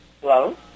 Hello